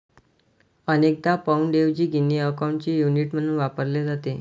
अनेकदा पाउंडऐवजी गिनी अकाउंटचे युनिट म्हणून वापरले जाते